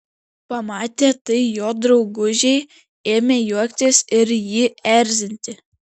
pamatę tai jo draugužiai ėmė juoktis ir jį erzinti